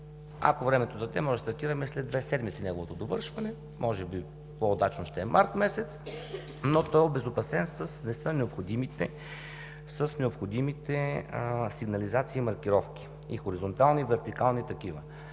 ако времето даде, можем да стартираме след две седмици неговото довършване – може би по-удачно ще е през месец март. Той е обезопасен с необходимите сигнализации и маркировки – и хоризонтални, и вертикални такива.